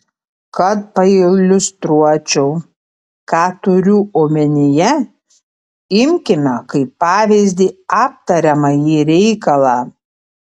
kad pailiustruočiau ką turiu omenyje imkime kaip pavyzdį aptariamąjį reikalą